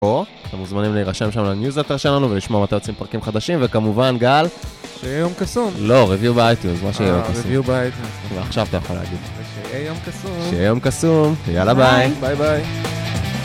אתם מוזמנים להירשם שם לניוזלאטר שלנו ולשמוע מתי יוצאים פרקים חדשים, וכמובן, גל? שיהיה יום קסום. לא, ריוויו באייטונס, זה מה. אה, רוויו באייטונס. ועכשיו אתה יכול להגיד. ושיהיה יום קסום. שיהיה יום קסום, יאללה ביי. ביי ביי.